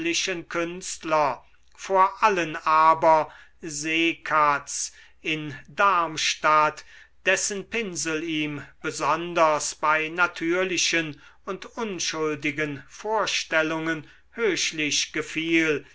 künstler vor allen aber seekatz in darmstadt dessen pinsel ihm besonders bei natürlichen und unschuldigen vorstellungen höchlich gefiel